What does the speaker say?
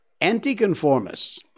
Anticonformists